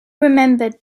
remembered